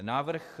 Návrh